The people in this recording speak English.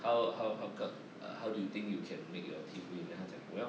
how how how com~ uh how do you think you can make your team win then 他讲 well